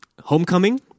Homecoming